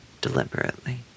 deliberately